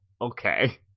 okay